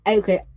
okay